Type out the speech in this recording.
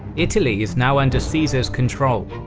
italy is now under caesar's control,